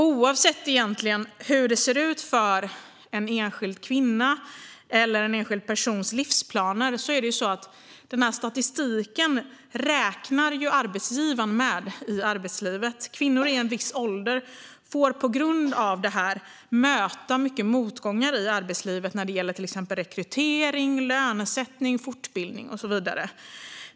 Den här statistiken räknar arbetsgivarna med i arbetslivet, egentligen oavsett hur det ser ut för en enskild kvinnas eller en enskild persons livsplaner. Kvinnor i en viss ålder får på grund av det möta mycket motgångar i arbetslivet när det gäller till exempel rekrytering, lönesättning, fortbildning och så vidare.